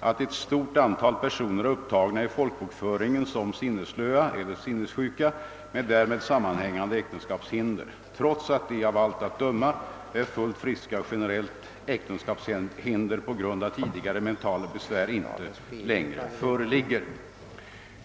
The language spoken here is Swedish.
att ett stort antal personer är upptagna i folkbokföringen som sinnesslöa eller sinnessjuka med därmed sammanhängande äktenskapshinder, trots att de av allt att döma är fullt friska och generellt äktenskapshinder på grund av tidigare mentala besvär inte längre föreligger.